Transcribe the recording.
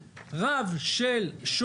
זכות טיעון 3. מפר שנמסרה לו הודעה על כוונת